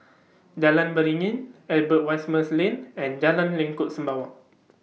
Jalan Beringin Albert Winsemius Lane and Jalan Lengkok Sembawang